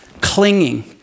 clinging